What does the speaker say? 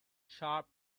sharp